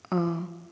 ꯑꯥ